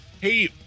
hey